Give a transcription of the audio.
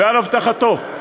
ועל הבטחתו,